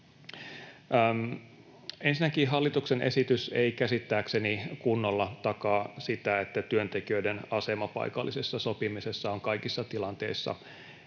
Ensinnäkin, hallituksen esitys ei käsittääkseni kunnolla takaa sitä, että työntekijöiden asema paikallisessa sopimisessa on kaikissa tilanteissa